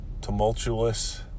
tumultuous